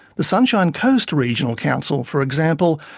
the sunshine coast regional council, for example,